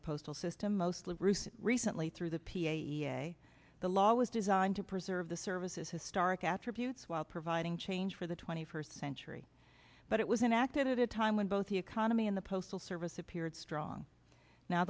the postal system mostly truth recently through the p a the law was designed to preserve the services historic attributes while providing change for the twenty first century but it was enacted a time when both the economy and the postal service appeared strong now